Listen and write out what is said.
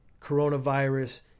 coronavirus